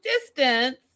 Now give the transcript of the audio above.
distance